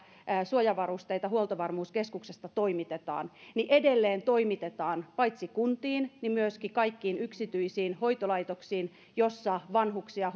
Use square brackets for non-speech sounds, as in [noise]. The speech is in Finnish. suojavarusteita huoltovarmuuskeskuksesta toimitetaan edelleen toimitetaan paitsi kuntiin myöskin kaikkiin yksityisiin hoitolaitoksiin joissa vanhuksia [unintelligible]